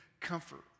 comfort